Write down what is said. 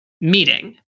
meeting